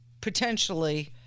potentially